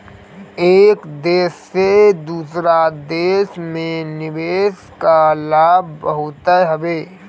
एक देस से दूसरा देस में निवेश कअ लाभ बहुते हवे